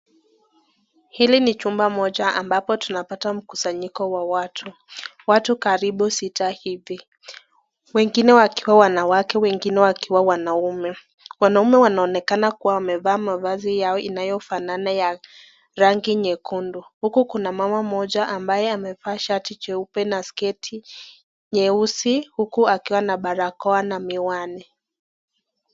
Hili ni chumba moja ambapo tunapata mkusanyiko ya watu. Watu karibu sita hivi. Wengine wakiwa wanawake, wengine wakiwa wanaume. Wanaume wanaonekana kuwa wamevaa mavazi yao inayofanana ya rangi nyekundu . Huko Kuna mama mmoja ambaye amevaa shati nyeupe na sketi nyeusi, huku akiwa na barakoa na miwani.